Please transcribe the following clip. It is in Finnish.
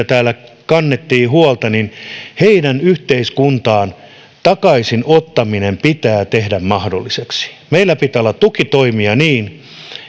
täällä kannettiin huolta yhteiskuntaan takaisin ottaminen pitää tehdä mahdolliseksi meillä pitää olla tukitoimia niin